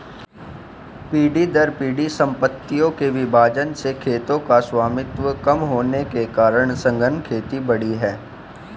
पीढ़ी दर पीढ़ी सम्पत्तियों के विभाजन से खेतों का स्वामित्व कम होने के कारण सघन खेती बढ़ी है